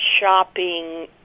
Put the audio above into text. shopping